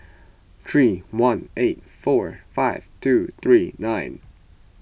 three one eight four five two three nine